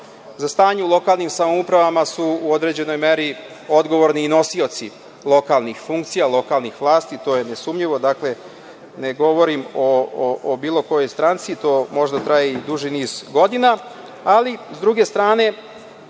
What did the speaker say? za stanje u lokalnim samoupravama su u određenoj meri odgovorni i nosioci lokalnih funkcija, lokalnih vlasti, to je nesumnjivo. Dakle, ne govorim o bilo kojoj stranci, to možda traje i duži niz godina, ali s druge strane